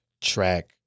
track